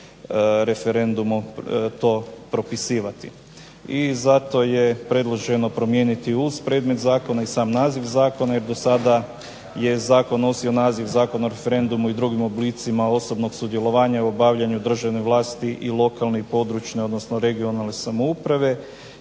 referendumu to propisivati. Zato je predloženo promijeniti uz sam predmet zakona i sam naziv zakona i do sada je zakon nosio naziv Zakon o referendumu i drugim oblicima osobnog sudjelovanja u obavljanju državne vlasti i lokalne i područne odnosno regionalne samouprave